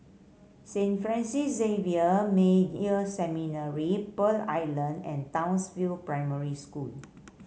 Saint Francis Xavier Major Seminary Pearl Island and Townsville Primary School